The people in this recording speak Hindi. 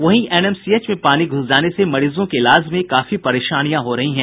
वहीं एनएमसीएच में पानी घुस जाने से मरीजों के इलाज में काफी परेशानियां हो रही है